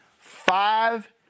Five